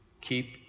keep